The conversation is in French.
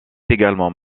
également